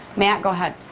mark, go ahead.